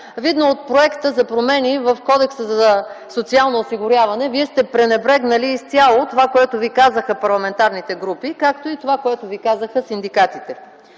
Видно от проекта за промени в Кодекса за социално осигуряване Вие сте пренебрегнали изцяло това, което Ви казаха парламентарните групи, както и това, което Ви казаха синдикатите.